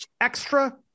extra